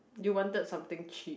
you wanted something cheap